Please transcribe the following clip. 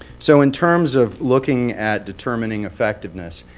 so in terms of looking at determining effectiveness,